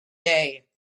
day